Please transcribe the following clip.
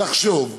לחשוב באומץ,